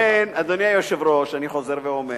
לכן, אדוני היושב-ראש, אני חוזר ואומר: